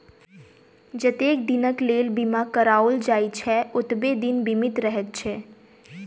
जतेक दिनक लेल बीमा कराओल जाइत छै, ओतबे दिन बीमित रहैत छै